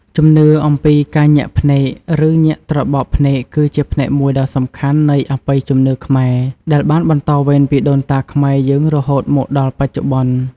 ជំនឿអំពីការញាក់ភ្នែក ឬញាក់ត្របកភ្នែក គឺជាផ្នែកមួយដ៏សំខាន់នៃអបិយជំនឿខ្មែរ ដែលបានបន្តវេនពីដូនតាខ្មែរយើងរហូតមកដល់បច្ចុប្បន្ន។